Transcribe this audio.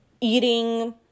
eating